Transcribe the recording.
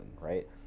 right